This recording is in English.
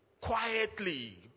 quietly